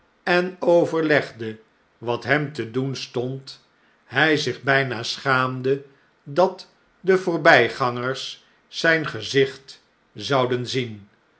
en overlegde wat hem te doen stond hij zich bh'na schaamde dat de voortojgangers zjjn gezicht zouden zien